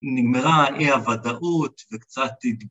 ‫נגמרה אי הוודאות וקצת התגלגלות.